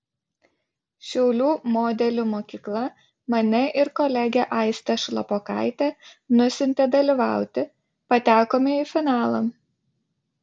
šiaulių modelių mokykla mane ir kolegę aistę šlapokaitę nusiuntė dalyvauti patekome į finalą